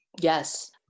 yes